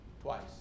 twice